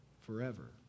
forever